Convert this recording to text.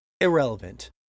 irrelevant